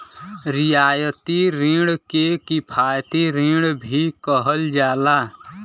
रियायती रिण के किफायती रिण भी कहल जाला